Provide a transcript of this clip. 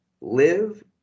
live